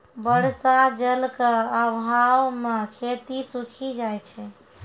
बर्षा जल क आभाव म खेती सूखी जाय छै